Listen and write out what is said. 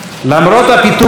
למרות הפיתוי,